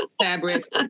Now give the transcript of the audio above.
fabric